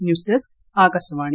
news desk Akashvani